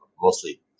mostly